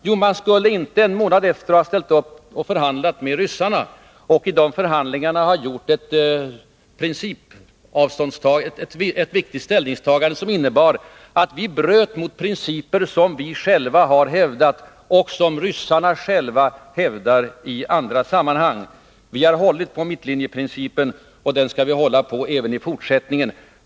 Jo, man skulle inte en månad efteråt ha ställt upp och förhandlat med ryssarna och i de förhandlingarna ha gjort ett viktigt ställningstagande som innebar ett brott mot principer som vi själva har hävdat och som ryssarna själva hävdar i andra sammanhang. Vi har hållit på mittlinjeprincipen — och den skall vi hålla på även i fortsättningen.